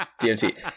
DMT